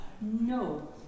No